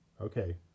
Okay